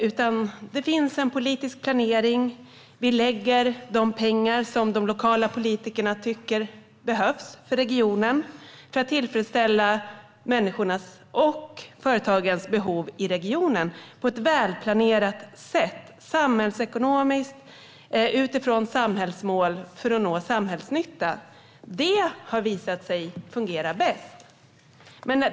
Där finns i stället en politisk planering, och vi lägger de pengar som de lokala politikerna tycker behövs för att tillfredsställa människors och företags behov i regionen på ett välplanerat sätt - samhällsekonomiskt utifrån samhällsmål för att nå samhällsnytta. Detta har visat sig fungera bäst.